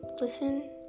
listen